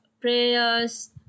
prayers